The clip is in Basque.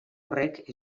horrek